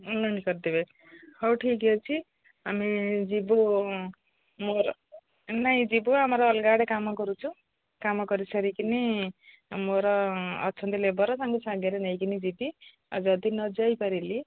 online କରିଦେବେ ହଉ ଠିକ ଅଛି ଆମେ ଯିବୁ ମୋର ନାଇଁ ଯିବୁ ଆମର ଅଲଗା ଆଡ଼େ କାମ କରୁଛୁ କାମ କରିସାରିକି ମୋର ଅଛନ୍ତି ଲେବର ତାଙ୍କୁ ସାଙ୍ଗରେ ନେଇକି ଯିବି ଆଉ ଯଦି ନ ଯାଇପାରିଲି